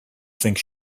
think